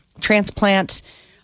transplant